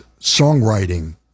songwriting